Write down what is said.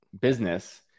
business